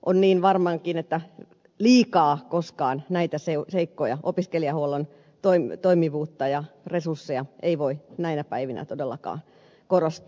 on niin varmaankin että liikaa koskaan näitä seikkoja opiskelijahuollon toimivuutta ja resursseja ei voi näinä päivinä todellakaan korostaa